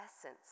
essence